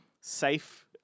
safe